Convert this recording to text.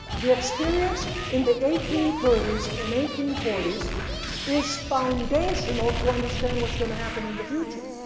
the experience in the eighteen thirty s and eighteen forty s is foundational to understand what's going to happen in the future,